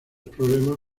problemas